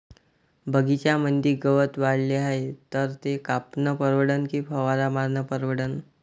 बगीच्यामंदी गवत वाढले हाये तर ते कापनं परवडन की फवारा मारनं परवडन?